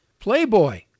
playboy